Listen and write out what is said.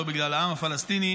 לא בגלל העם הפלסטיני,